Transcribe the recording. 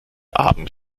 abend